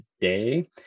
today